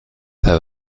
have